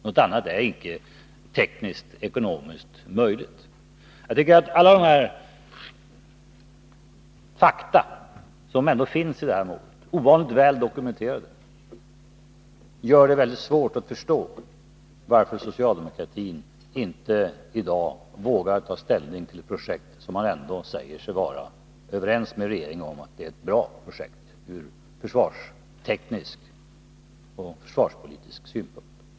Något annat är inte tekniskt eller ekonomiskt möjligt. Alla dessa fakta, ovanligt väl dokumenterade, som ändå finns i det här målet gör det svårt att förstå varför socialdemokratin inte i dag vågar ta ställning till ett projekt som man ändå säger sig vara överens med regeringen om är ett bra projekt ur försvarsteknisk och försvarspolitisk synpunkt.